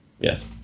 Yes